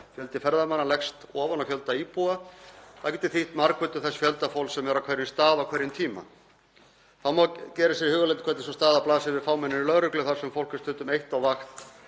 Fjöldi ferðamanna leggst ofan á fjölda íbúa og það getur þýtt margföldun þess fjölda fólks sem er á hverjum stað á hverjum tíma. Þá má gera sér í hugarlund hvernig sú staða blasir við fámennri lögreglu, þar sem fólk er stundum eitt á vakt